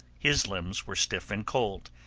his limbs were stiff and cold,